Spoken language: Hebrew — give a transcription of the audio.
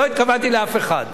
לא התכוונתי לאף אחד,